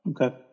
Okay